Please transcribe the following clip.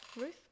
Ruth